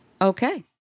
Okay